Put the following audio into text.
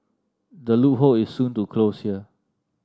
the loophole is soon to close here